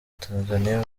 tanzania